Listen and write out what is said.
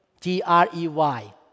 G-R-E-Y